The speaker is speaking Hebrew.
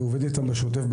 ועובד איתם בשוטף,